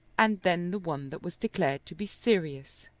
and then the one that was declared to be serious.